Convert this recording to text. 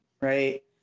right